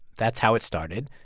that's how it started.